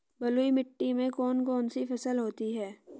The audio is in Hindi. बलुई मिट्टी में कौन कौन सी फसल होती हैं?